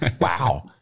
Wow